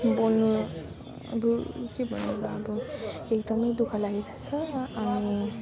बोल्नु अब के भन्नु र अब एकदमै दुःख लागिरहेको छ अनि